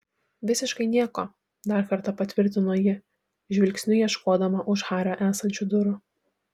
visiškai nieko dar kartą patvirtino ji žvilgsniu ieškodama už hario esančių durų